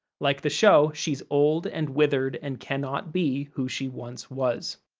like the show, she's old and withered and cannot be who she once was.